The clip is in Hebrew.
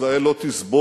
ישראל לא תסבול